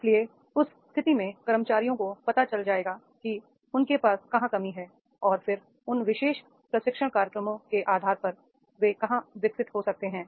इसलिए उस स्थिति में कर्मचारियों को पता चल जाएगा कि उनके पास कहाँ कमी है और फिर इन विशेष प्रशिक्षण कार्यक्रमों के आधार पर वे कहाँ विकसित हो सकते हैं